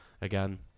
again